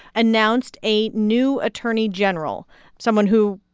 announced a new attorney general someone who,